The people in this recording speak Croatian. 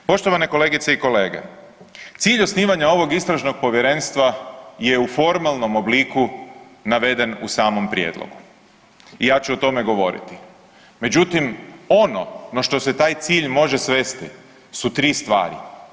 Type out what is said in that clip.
Poštovane kolegice i kolege, cilj osnivanja ovog istražnog povjerenstva je u formalnom obliku naveden u samom prijedlogu i ja ću o tome govoriti, međutim ono na što se taj cilj može svesti su tri stvari.